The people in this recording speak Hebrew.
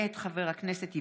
מאת חברת הכנסת מאי